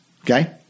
Okay